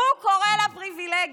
הוא קורא לה פריבילגית.